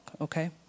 okay